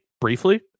briefly